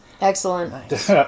Excellent